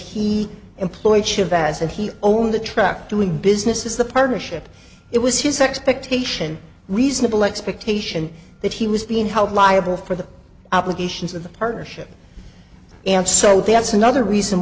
he employed chavez and he owned the truck doing business is the partnership it was his expectation reasonable expectation that he was being held liable for the obligations of the partnership and so that's another reason